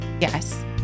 Yes